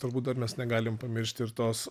turbūt dar mes negalim pamiršti ir tos